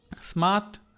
Smart